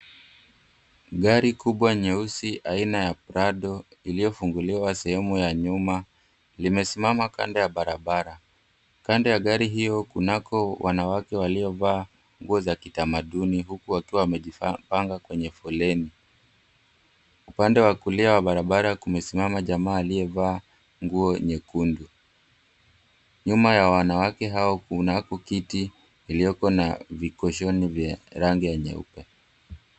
Gari kubwa nyeusi aina ya Prado, iliyofunguliwa sehemu ya nyuma, limesimama kando ya barabara. Kando ya gari hiyo kunako wanawake waliovaa nguo za kitamaduni, huku wakiwa wamejipanga kwenye foleni. Upande wa kulia wa barabara kumesimama jamaa aliyevaa nguo nyekundu. Nyuma ya wanawake hao kunako kiti iliyoko na vikoshoni vya rangi ya nyeupe.